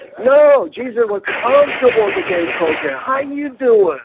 no, jesus were comfortable today program. how you doing?